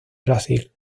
brasil